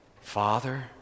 Father